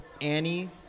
Annie